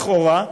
לכאורה,